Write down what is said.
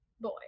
boy